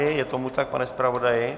Je tomu tak, pane zpravodaji?